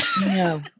No